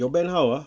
your band how ah